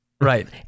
Right